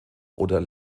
oder